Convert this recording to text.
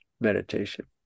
meditation